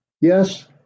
Yes